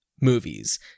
movies